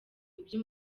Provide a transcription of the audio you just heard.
ibyo